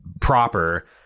proper